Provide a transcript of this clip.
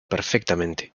perfectamente